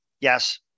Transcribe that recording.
yes